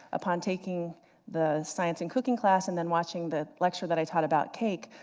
upon taking the science and cooking class, and then watching the lecture that i taught about cake,